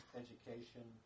education